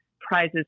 prizes